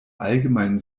allgemeinen